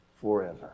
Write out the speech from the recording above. forever